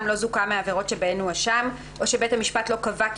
לא זוכה מהעבירות שבהן הואשם או שבית המשפט לא קבע כי